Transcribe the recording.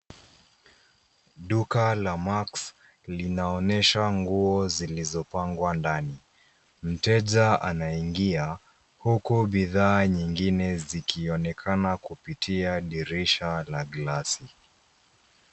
Duka la Max linaonyesha nguo zilizopangwa ndani. Mteja anaingia huku bidhaa nyingine zikionekana kupitia dirisha la glasi .